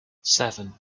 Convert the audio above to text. seven